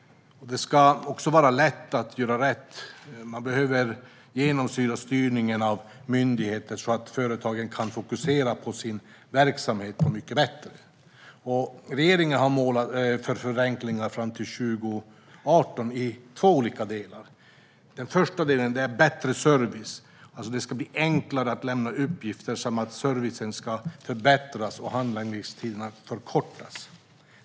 Det ska vara lätt att göra rätt. Detta behöver genomsyra styrningen av myndigheter så att företagen kan fokusera bättre på sin verksamhet. Regeringen har mål för förenklingar fram till 2018 i två olika delar. Den första delen är bättre service. Det ska bli enklare att lämna uppgifter, servicen ska bli bättre och handläggningstiderna ska förkortas.